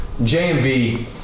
JMV